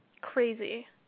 Crazy